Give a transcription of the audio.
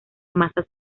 masas